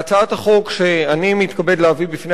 להצעת החוק שאני מתכבד להביא בפני